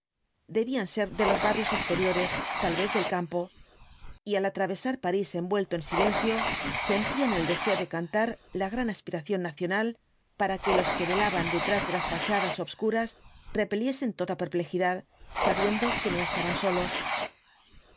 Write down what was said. debían ser de los barrios exteriores tal vez del campo y al atravesar parís envuelto en silencio sentían el deseo de cantar la gran aspiración nacional para que los que velaban detrás de las fachadas obscuras repeliesen toda perplejidad sabiendo que no estaban solos